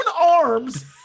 arms